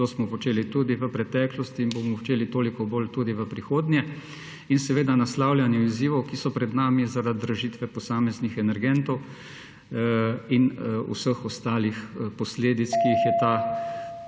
to smo počeli tudi v preteklosti in bomo počeli toliko bolj tudi v prihodnje, in seveda naslavljanje izzivov, ki so pred nami zaradi dražitve posameznih energentov in vseh ostalih posledic, ki jih je ta